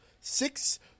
six